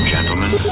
Gentlemen